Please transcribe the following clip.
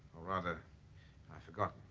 or rather i forgot